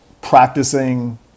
practicing